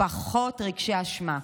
פחות רגשי אשמה.